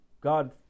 God